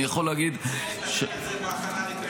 אני מציע לתקן את זה בהכנה לקריאה הראשונה.